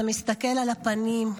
אתה מסתכל על הפנים,